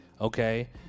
Okay